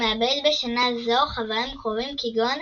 הוא מאבד בשנה זו חברים קרובים כגון